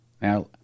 Now